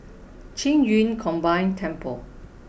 Qing Yun Combined Temple